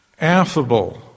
affable